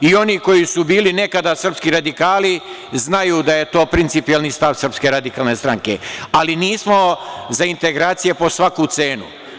I oni koji su bili nekada srpski radikali znaju da je to principijelni stav SRS, ali nismo za integracije po svaku cenu.